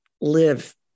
live